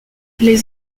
les